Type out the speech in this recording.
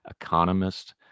economist